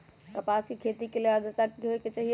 कपास के खेती के लेल अद्रता की होए के चहिऐई?